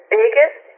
biggest